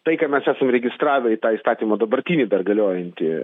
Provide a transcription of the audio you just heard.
tai ką mes esam įregistravę į tą įstatymą dabartinį dar galiojantį